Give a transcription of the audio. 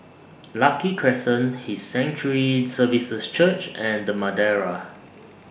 Lucky Crescent His Sanctuary Services Church and The Madeira